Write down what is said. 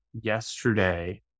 yesterday